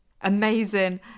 Amazing